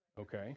Okay